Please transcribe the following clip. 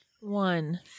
One